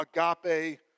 agape